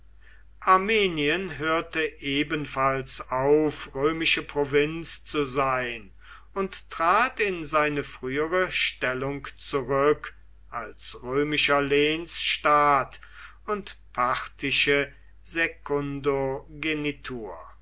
armenien hörte ebenfalls auf römische provinz zu sein und trat in seine frühere stellung zurück als römischer lehnsstaat und parthische